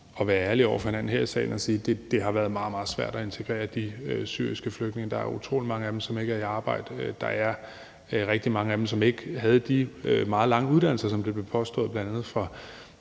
være ærlig over for hinanden her i salen og sige, at det har været meget, meget svært at integrere de syriske flygtninge. Der er utrolig mange af dem, som ikke er i arbejde. Der er rigtig mange af dem, som ikke havde de meget lange uddannelser, som det blev påstået fra bl.a.